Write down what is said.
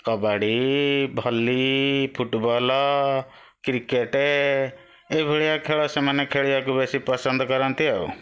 kabaddi volley football cricket ଏଇଭଳିଆ ଖେଳ ସେମାନେ ଖେଳିବାକୁ ବେଶୀ ପସନ୍ଦ କରନ୍ତି ଆଉ